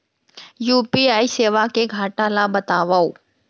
UPI सेवा के घाटा ल बतावव?